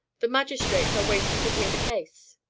the magistrates are waiting to hear the case.